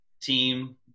team